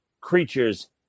Creatures